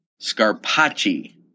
Scarpacci